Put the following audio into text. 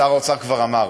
שר האוצר כבר אמר,